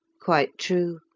quite true.